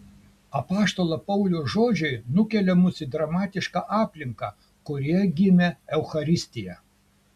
apaštalo pauliaus žodžiai nukelia mus į dramatišką aplinką kurioje gimė eucharistija